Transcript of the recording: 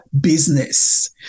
business